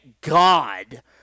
God